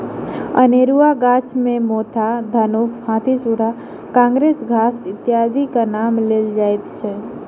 अनेरूआ गाछ मे मोथा, दनुफ, हाथीसुढ़ा, काँग्रेस घास इत्यादिक नाम लेल जाइत अछि